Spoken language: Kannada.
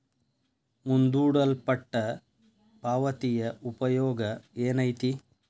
ಮುಂದೂಡಲ್ಪಟ್ಟ ಪಾವತಿಯ ಉಪಯೋಗ ಏನೈತಿ